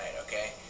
Okay